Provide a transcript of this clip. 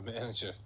manager